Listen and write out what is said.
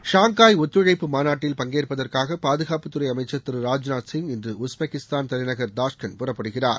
Shanghai ஒத்துழைப்பு மாநாட்டில் பங்கேற்பதற்காக பாதுகாப்புத்துறை அமைச்சர் திரு ராஜ்நாத் சிங் இன்று உஸ்பெகிஸ்தான் தலைநகர் தஷ்கண்ட் புறப்படுகிறார்